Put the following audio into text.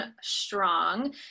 Strong